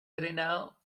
drenado